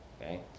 Okay